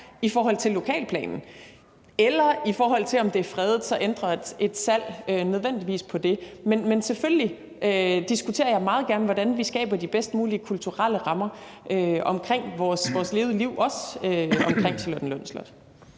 i forhold til lokalplanen, eller i forhold til om det er fredet, ændrer et salg ikke nødvendigvis på det. Men selvfølgelig diskuterer jeg meget gerne, hvordan vi skaber de bedst mulige kulturelle rammer omkring vores levede liv, også omkring Charlottenlund Slot.